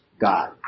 God